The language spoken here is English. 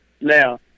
Now